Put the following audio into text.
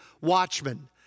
watchmen